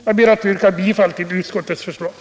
Jag ber att få yrka bifall till utskottets förslag.